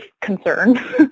concern